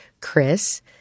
Chris